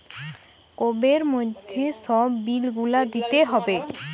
কোবের মধ্যে সব বিল গুলা দিতে হবে